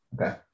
Okay